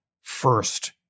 first